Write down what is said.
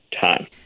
time